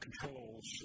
controls